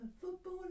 football